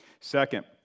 Second